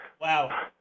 Wow